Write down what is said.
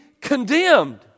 condemned